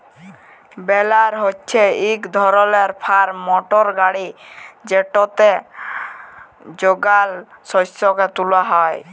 বেলার হছে ইক ধরলের ফার্ম মটর গাড়ি যেটতে যগাল শস্যকে তুলা হ্যয়